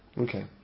Okay